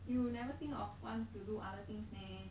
you never think of want to do other things meh